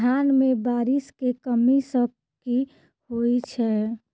धान मे बारिश केँ कमी सँ की होइ छै?